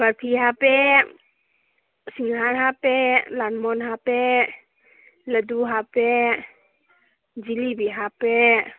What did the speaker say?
ꯕꯔꯐꯤ ꯍꯥꯞꯄꯦ ꯁꯤꯡꯍꯥꯔ ꯍꯥꯞꯄꯦ ꯂꯥꯜ ꯃꯣꯍꯣꯟ ꯍꯥꯞꯄꯦ ꯂꯗꯨ ꯍꯥꯞꯄꯦ ꯖꯤꯂꯤꯕꯤ ꯍꯥꯞꯄꯦ